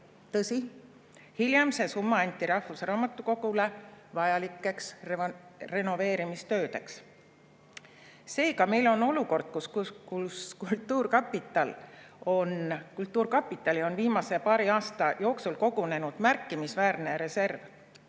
Tõsi, hiljem anti see summa rahvusraamatukogule vajalikeks renoveerimistöödeks. Seega meil on olukord, kus kultuurkapitali on viimase paari aasta jooksul kogunenud märkimisväärne reserv,